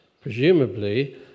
Presumably